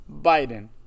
Biden